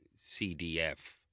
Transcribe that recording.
CDF